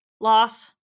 loss